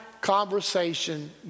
conversation